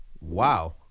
wow